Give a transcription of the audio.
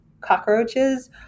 cockroaches